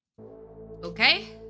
Okay